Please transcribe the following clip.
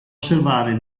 osservare